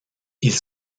ils